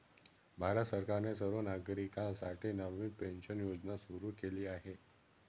भारत सरकारने सर्व नागरिकांसाठी नवीन पेन्शन योजना सुरू केली आहे